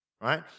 right